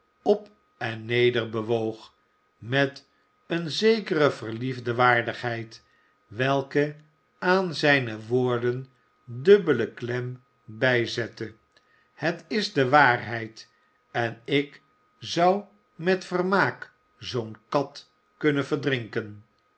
op en neder bewoog met een zekere verliefde waardigheid welke aan zijne woorden dubbele klem bij zette het is de waarheid en ik zou met vermaak zoo'n kat kunnen verdrinken